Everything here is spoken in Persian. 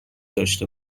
داشته